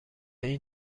این